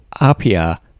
Apia